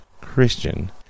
Christian